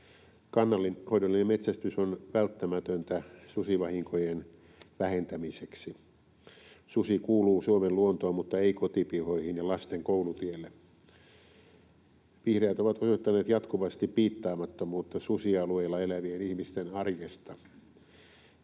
Kannanhoidollinen metsästys on välttämätöntä susivahinkojen vähentämiseksi. Susi kuuluu Suomen luontoon, mutta ei kotipihoihin ja lasten koulutielle. Vihreät ovat osoittaneet jatkuvasti piittaamattomuutta susialueilla elävien ihmisten arjesta.